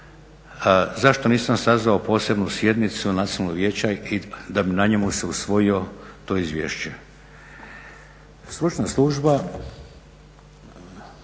zašto nisam sazvao posebnu sjednicu Nacionalnog vijeća i da bi na njemu se usvojilo to izvješće.